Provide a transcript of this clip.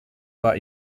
war